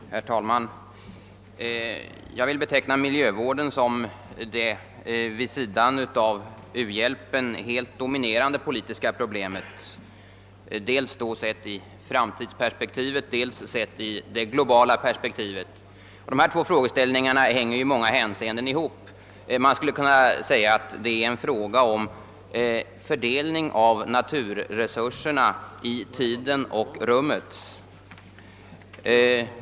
Herr talman! Jag vill beteckna miljövården som det vid sidan av u-hjälpen helt dominerande politiska problemet, sett dels i framtidsperspektiv, dels i globalt perspektiv. De båda frågorna hänger i många avseenden ihop; man kan säga att det rör sig om en fördelning av naturresurserna i tiden och rummet.